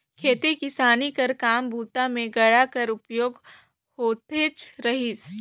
खेती किसानी कर काम बूता मे गाड़ा कर उपयोग होतेच रहिस